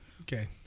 okay